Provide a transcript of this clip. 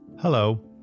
Hello